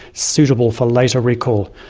suitable for later recall.